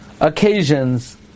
occasions